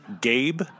Gabe